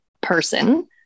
person